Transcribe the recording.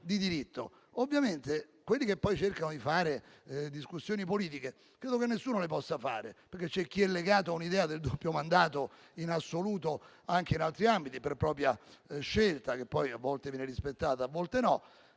di diritto. Quanto a quelli che cercano di fare discussioni politiche, credo che nessuno le possa fare. C'è chi è legato a un'idea del doppio mandato in assoluto, anche in altri ambiti, per propria scelta, che a volte viene rispettata e a volte no.